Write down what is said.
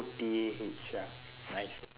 O T A H ah nice